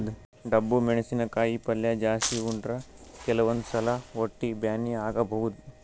ಡಬ್ಬು ಮೆಣಸಿನಕಾಯಿ ಪಲ್ಯ ಜಾಸ್ತಿ ಉಂಡ್ರ ಕೆಲವಂದ್ ಸಲಾ ಹೊಟ್ಟಿ ಬ್ಯಾನಿ ಆಗಬಹುದ್